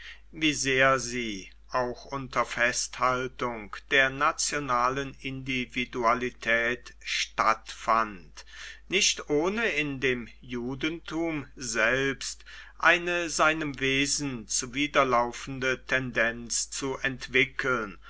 wie sehr sie auch unter festhaltung der nationalen individualität stattfand nicht ohne in dem judentum selbst eine seinem wesen zuwiderlaufende tendenz zu entwickeln